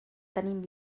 tenim